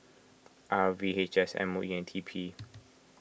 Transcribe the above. R V H S M O E and T P